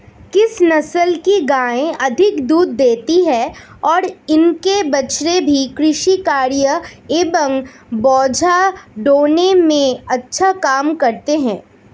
किस नस्ल की गायें अधिक दूध देती हैं और इनके बछड़े भी कृषि कार्यों एवं बोझा ढोने में अच्छा काम करते हैं?